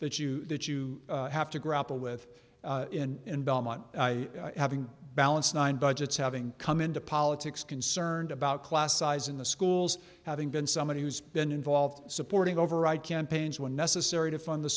that you that you have to grapple with in belmont having balanced nine budgets having come into politics concerned about class size in the schools having been somebody who's been involved supporting override campaigns when necessary to fund the